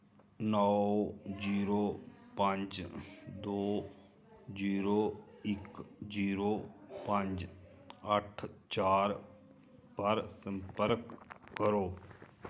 नौ zero पंज दो zero इक जीरो पंज अट्ठ चार पर संपर्क करो